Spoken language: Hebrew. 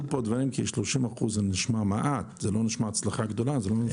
30% נשמע מעט, זה לא נשמע הצלחה גדולה.